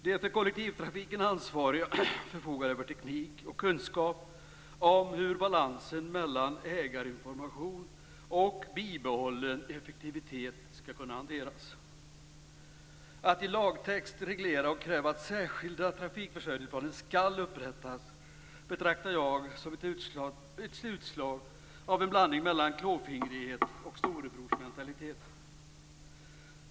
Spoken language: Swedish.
De för kollektivtrafiken ansvariga förfogar över teknik och kunskap om hur balansen mellan ägarinformation och bibehållen effektivitet skall kunna hanteras. Att i lagtext reglera och kräva att särskilda trafikförsörjningsplaner skall upprättas betraktar jag som ett utslag av en blandning mellan klåfingrighet och storebrorsmentalitet.